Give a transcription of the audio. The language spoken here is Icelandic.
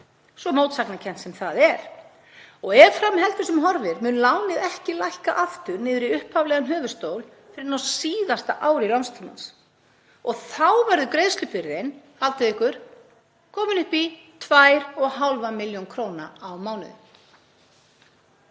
svo mótsagnakennt sem það er. Ef fram heldur sem horfir mun lánið ekki lækka aftur niður í upphaflegan höfuðstól fyrr en á síðasta ári lánstímans og þá verður greiðslubyrðin, haldið ykkur, komin upp í 2,5 milljónir á mánuði.